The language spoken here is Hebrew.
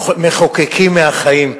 מחוקקים מהחיים.